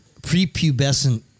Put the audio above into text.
prepubescent